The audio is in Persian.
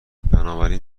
بنابراین